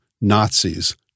Nazis